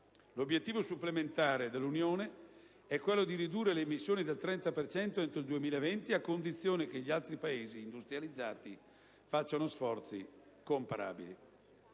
L'obiettivo supplementare dell'Unione europea è quello di ridurre le emissioni del 30 per cento entro il 2020, a condizione che gli altri Paesi industrializzati facciano sforzi comparabili.